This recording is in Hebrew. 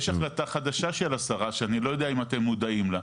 יש החלטה חדשה של השרה שאני לא יודע אם אתם מודעים לה,